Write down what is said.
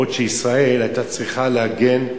בעוד שישראל היתה צריכה להגן,